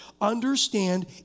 understand